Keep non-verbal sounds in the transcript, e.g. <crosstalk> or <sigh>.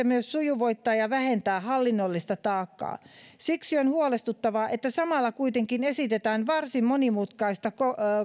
<unintelligible> myös sujuvoittavat ja vähentävät hallinnollista taakkaa siksi on huolestuttavaa että samalla kuitenkin esitetään varsin monimutkaista